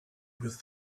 with